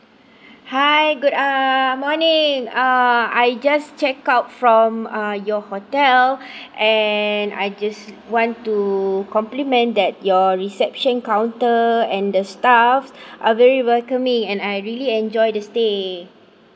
hi good uh morning uh I just checked out from uh your hotel and I just want to compliment that your reception counter and the staff are very welcoming and I really enjoy the stay